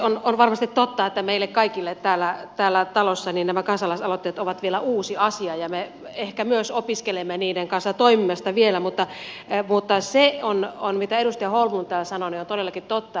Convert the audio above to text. on varmasti totta että meille kaikille täällä talossa nämä kansalaisaloitteet ovat vielä uusi asia ja me ehkä myös opiskelemme niiden kanssa toimimista vielä mutta se mitä edustaja holmlund täällä sanoi on todellakin totta